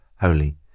holy